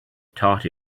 thought